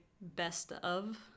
best-of